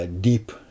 deep